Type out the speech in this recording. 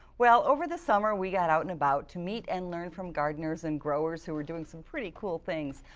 well, over the summer, we got out and about to meet and learn from gardeners and growers. who are doing some pretty cool things,